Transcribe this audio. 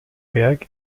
berg